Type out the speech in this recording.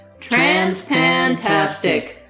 Transpantastic